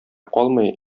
калмый